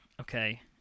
Okay